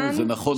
זה נכון,